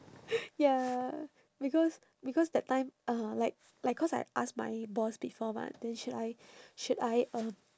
ya because because that time uh like like cause I asked my boss before mah then should I should I um